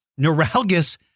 neuralgus